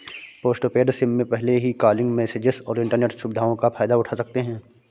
postpaid SIM में पहले ही कॉलिंग, मैसेजस और इन्टरनेट सुविधाओं का फायदा उठा सकते हैं